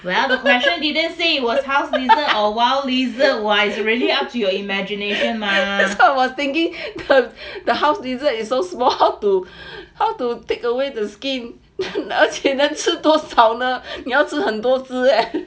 I was thinking of the house lizard is so small how to how to take away the skin 而且能吃多少呢你要吃很多只